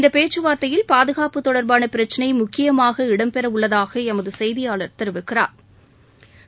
இந்த பேச்சுவார்த்தையில் பாதுகாப்பு தொடர்பான பிரச்சினை முக்கியமாக இடம்பெறவுள்ளதாக எமது செய்தியாளா் தெரிவிக்கிறாா்